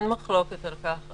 אין מחלוקת על כך,